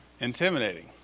intimidating